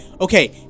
Okay